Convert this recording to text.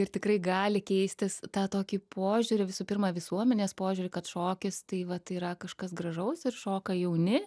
ir tikrai gali keistis tą tokį požiūrį visų pirma visuomenės požiūrį kad šokis tai vat tai yra kažkas gražaus ir šoka jauni